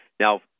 Now